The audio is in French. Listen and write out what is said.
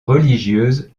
religieuse